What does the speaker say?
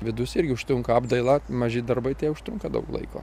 vidus irgi užtrunka apdaila maži darbai tie užtrunka daug laiko